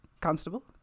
Constable